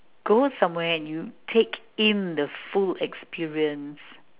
go somewhere and you take in the full experience